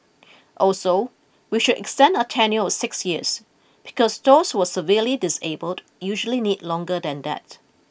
also we should extend our tenure of six years because those who are severely disabled usually need longer than that